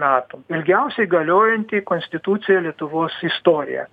metų ilgiausiai galiojanti konstitucija lietuvos istorijoje